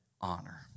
honor